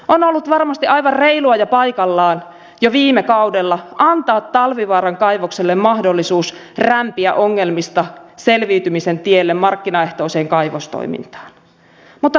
on ollut varmasti aivan reilua ja paikallaan jo viime kaudella antaa talvivaaran kaivokselle mahdollisuus rämpiä ongelmista selviytymisen tielle markkinaehtoiseen kaivostoimintaan mutta rajansa kaikella